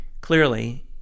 Clearly